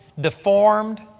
deformed